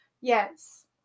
Yes